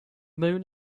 moon